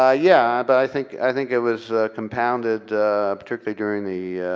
ah yeah, but i think i think it was compounded to figuring the